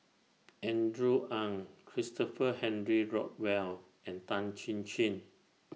Andrew Ang Christopher Henry Rothwell and Tan Chin Chin